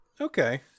Okay